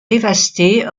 dévastées